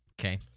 Okay